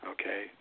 Okay